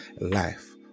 Life